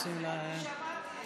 היושב-ראש,